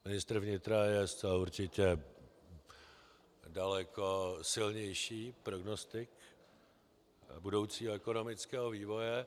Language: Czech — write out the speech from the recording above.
Ministr vnitra je zcela určitě daleko silnější prognostik budoucího ekonomického vývoje.